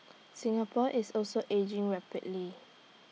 Singapore is also ageing rapidly